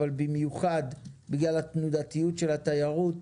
אך במיוחד בגלל התנודתיות של התיירות,